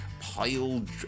piled